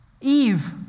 Eve